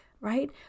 right